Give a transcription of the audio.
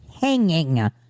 hanging